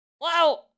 Wow